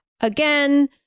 again